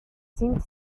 sind